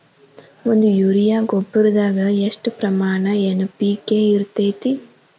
ಒಂದು ಯೂರಿಯಾ ಗೊಬ್ಬರದಾಗ್ ಎಷ್ಟ ಪ್ರಮಾಣ ಎನ್.ಪಿ.ಕೆ ಇರತೇತಿ?